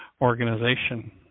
organization